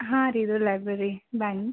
ಹಾಂ ರೀ ಇದು ಲೈಬ್ರೆರಿ ಬನ್ನಿ